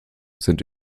sind